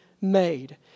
made